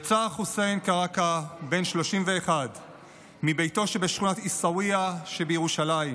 יצא חוסיין קראקע בן ה-31 מביתו שבשכונת עיסאוויה שבירושלים,